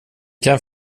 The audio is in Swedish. kan